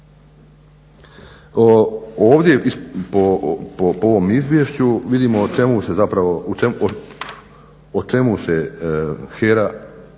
Ovdje po ovom izvješću vidimo o čemu se zapravo